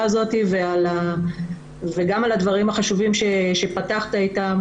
הזאת וגם על הדברים החשובים שפתחת איתם,